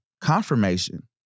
Confirmation